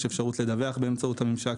יש אפשרות לדווח באמצעות הממשק,